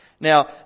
Now